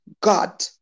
God